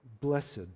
blessed